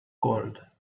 gold